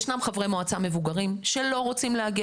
יש חברי מועצה מבוגרים שלא רוצים להגיע